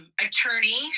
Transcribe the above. attorney